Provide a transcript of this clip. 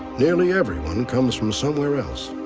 nearly everyone comes from somewhere else.